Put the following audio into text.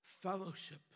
fellowship